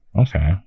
okay